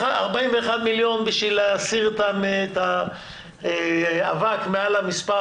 41 מיליון בשביל להסיר את האבק מן המספר,